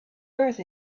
earth